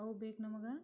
ಅವು ಬೇಕು ನಮ್ಗೆ